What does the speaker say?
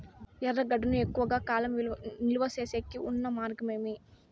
ఎర్రగడ్డ ను ఎక్కువగా కాలం నిలువ సేసేకి ఉన్న మార్గం ఏమి?